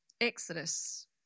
Exodus